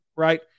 Right